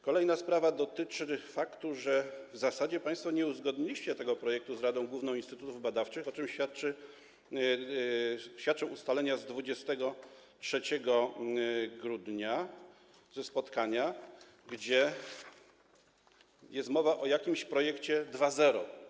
Kolejna sprawa dotyczy faktu, że w zasadzie państwo nie uzgodniliście tego projektu z Radą Główną Instytutów Badawczych, o czym świadczą ustalenia z 23 grudnia ze spotkania, w których jest mowa o jakimś projekcie 2.0.